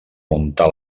muntar